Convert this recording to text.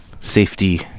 safety